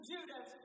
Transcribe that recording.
Judas